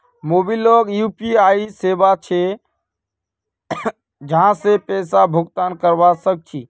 MobiKwik UPI सेवा छे जहासे पैसा भुगतान करवा सक छी